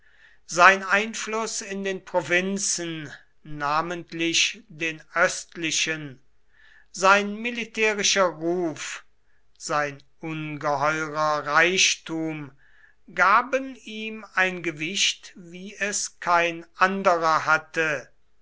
sein einfluß in den provinzen namentlich den östlichen sein militärischer ruf sein ungeheurer reichtum gaben ihm ein gewicht wie es kein anderer hatte